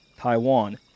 Taiwan